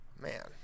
man